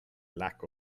lack